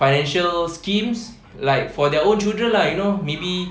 financial schemes like for their own children lah you know maybe